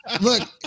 Look